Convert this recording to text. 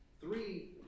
Three